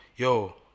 Yo